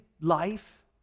life